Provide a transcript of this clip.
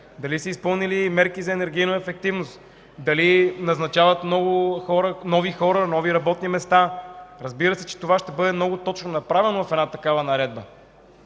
дали са изпълнили мерки за енергийна ефективност, дали назначават нови хора, нови работни места. Разбира се, че това ще бъде много точно направено в една такава наредба.